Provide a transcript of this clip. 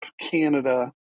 Canada